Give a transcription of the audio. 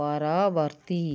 ପରବର୍ତ୍ତୀ